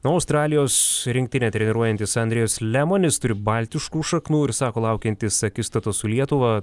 na o australijos rinktinę treniruojantis andrėjus lemonis turi baltiškų šaknų ir sako laukiantis akistatos su lietuva